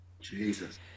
Jesus